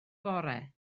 bore